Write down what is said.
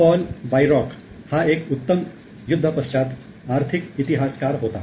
Paul Bairoch हा एक उत्तम युद्ध पश्चात आर्थिक इतिहासकार होता